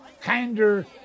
kinder